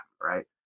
right